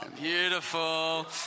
Beautiful